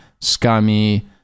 scummy